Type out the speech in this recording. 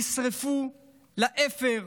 נשרפו לאפר,